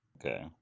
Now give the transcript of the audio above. Okay